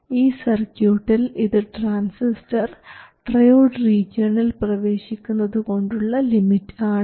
ഈ സർക്യൂട്ടിൽ ഇത് ട്രാൻസിസ്റ്റർ ട്രയോഡ് റീജിയണിൽ പ്രവേശിക്കുന്നതു കൊണ്ടുള്ള ലിമിറ്റ് ആണ്